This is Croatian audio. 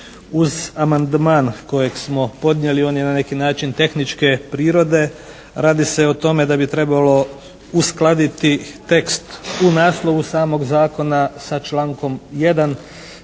Uz amandman kojeg smo podnijeli on je na neki način tehničke prirode. Radi se o tome da bi trebalo uskladiti tekst u naslovu samog zakona sa člankom 1.